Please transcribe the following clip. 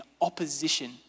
opposition